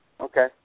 Okay